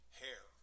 hair